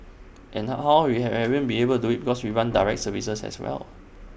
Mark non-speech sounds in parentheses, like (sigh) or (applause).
and how we have (hesitation) been able to do IT cause we run direct services as well